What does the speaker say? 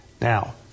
Now